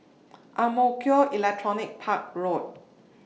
Ang Mo Kio Electronics Park Road